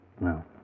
No